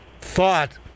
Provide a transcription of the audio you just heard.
thought